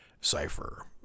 Cipher